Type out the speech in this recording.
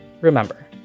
remember